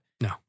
No